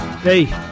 Hey